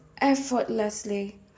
effortlessly